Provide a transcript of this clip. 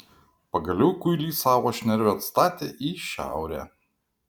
pagaliau kuilys savo šnervę atstatė į šiaurę